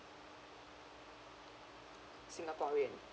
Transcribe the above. singaporean